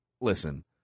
listen